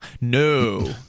No